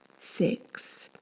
six,